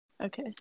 Okay